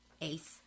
Ace